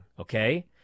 Okay